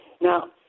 Now